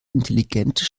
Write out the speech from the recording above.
intelligente